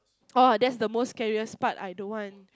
orh that's the most scariest part I don't want